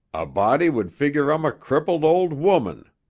a body would figure i'm a crippled old woman,